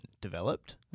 developed